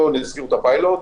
או נסיר את הפיילוט.